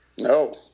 No